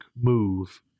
move